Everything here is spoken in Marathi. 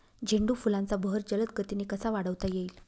झेंडू फुलांचा बहर जलद गतीने कसा वाढवता येईल?